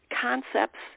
concepts